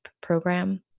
program